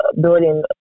building